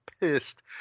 pissed